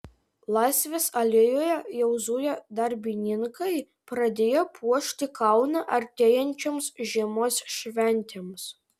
laisvės alėjoje jau zuja darbininkai pradėję puošti kauną artėjančioms žiemos šventėms